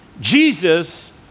Jesus